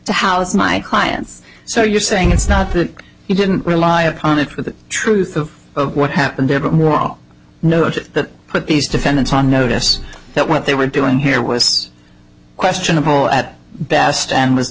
to house my clients so you're saying it's not that you didn't rely upon it with the truth of what happened there but we all know to put these defendants on notice that what they were doing here was questionable at best and was